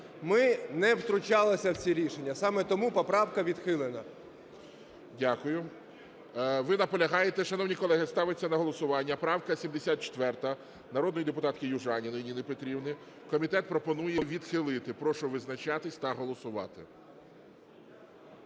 Ми не втручалися в ці рішення, саме тому поправка відхилена. ГОЛОВУЮЧИЙ Дякую. Ви наполягаєте? Шановні колеги, ставиться на голосування правка 74 народної депутатки Южаніної Ніни Петрівни. Комітет пропонує відхилити. Прошу визначатись та голосувати.